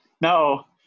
no